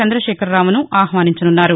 చంద్రశేఖరరావును ఆహ్వానించనున్నారు